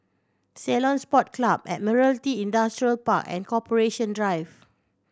Ceylon Sports Club Admiralty Industrial Park and Corporation Drive